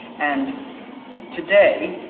and today,